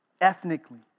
ethnically